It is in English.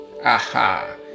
Aha